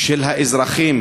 של האזרחים